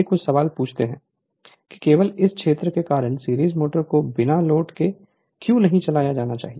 वे कुछ सवाल पूछते हैं कि केवल इस क्षेत्र के कारण सीरीज मोटर्स को बिना लोड के क्यों नहीं चलाया जाना चाहिए